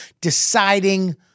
deciding